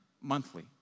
monthly